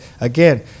again